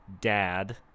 dad